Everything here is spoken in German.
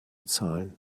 zahlen